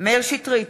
מאיר שטרית,